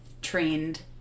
trained